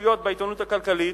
וראשיות בעיתונות הכלכלית,